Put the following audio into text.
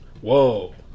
Whoa